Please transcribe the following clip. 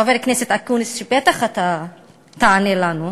חבר הכנסת אקוניס, שבטח אתה תענה לנו,